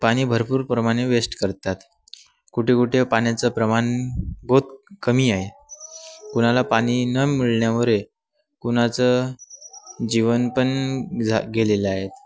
पाणी भरपूरप्रमाणे वेस्ट करतात कुठे कुठे पाण्याचं प्रमाण बहुत कमी आहे कुणाला पाणी न मिळण्यावरे कुणाचं जीवन पण झा गेलेलं आहे